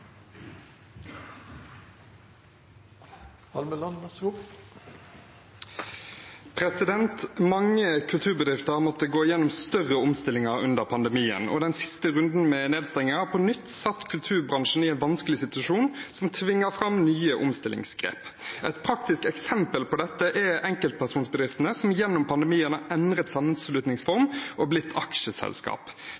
Mange kulturbedrifter måtte gå gjennom større omstillinger under pandemien. Den siste runden med nedstengning har på nytt satt kulturbransjen i en vanskelig situasjon som tvinger fram nye omstillingsgrep. Et praktisk eksempel på dette er enkeltpersonsbedriftene som gjennom pandemien har endret sammenslutningsform